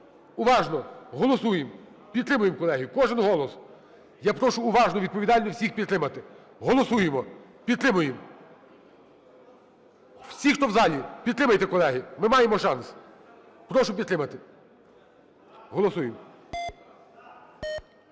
Уважно! Голосуємо! Підтримуємо, колеги. Кожен голос. Я прошу уважно і відповідально всіх підтримати. Голосуємо! Підтримуємо! Всі, хто в залі, підтримайте колеги. Ми маємо шанс. Прошу підтримати. Голосуємо.